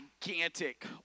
gigantic